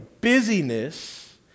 Busyness